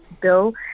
bill